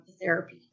therapy